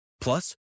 Plus